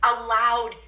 allowed